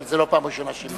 אבל זאת לא פעם ראשונה שהיא,